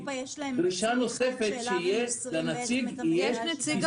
דרישה נוספת שיהיה לנציג ביסוס ראייתי --- יש נציג